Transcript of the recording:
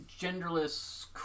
genderless